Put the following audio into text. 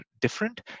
different